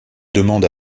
demande